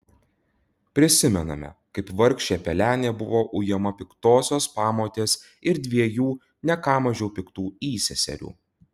prisimename kaip vargšė pelenė buvo ujama piktosios pamotės ir dviejų ne ką mažiau piktų įseserių